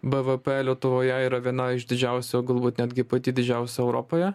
bvp lietuvoje yra viena iš didžiausių o galbūt netgi pati didžiausia europoje